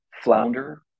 flounder